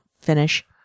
finish